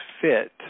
fit